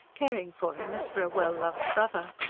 caring for him as for a well-loved brother.